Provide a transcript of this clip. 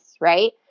right